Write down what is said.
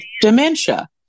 dementia